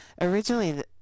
Originally